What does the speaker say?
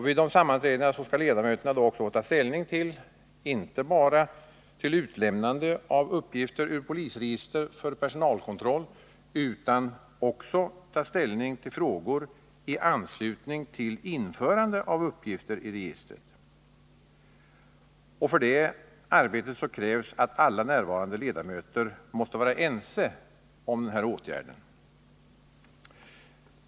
Vid dessa sammanträden skall ledamöterna få ta ställning inte bara till utlämnande av uppgifter ur polisregister för personalkontroll utan också till frågor i anslutning till införande av uppgifter i registret. För det arbetet krävs att alla närvarande ledamöter måste vara ense om de här åtgärderna.